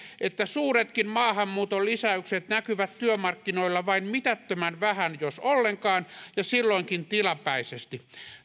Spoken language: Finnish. että suuretkin maahanmuuton lisäykset näkyvät työmarkkinoilla vain mitättömän vähän jos ollenkaan ja silloinkin tilapäisesti